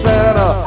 Santa